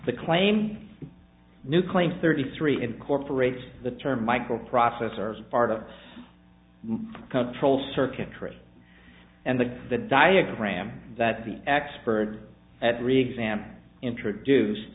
the claims new claim thirty three incorporates the term microprocessors part of control circuitry and the the diagram that the expert at re exam introduce